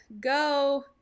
go